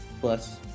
plus